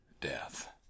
death